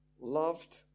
Loved